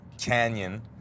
canyon